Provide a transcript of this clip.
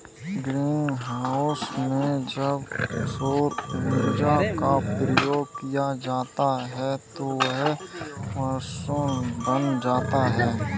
green house में जब सौर ऊर्जा का प्रयोग किया जाता है तो वह बायोशेल्टर बन जाता है